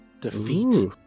defeat